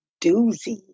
doozy